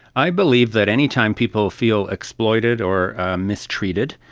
i believe that any time people feel exploited or mistreated,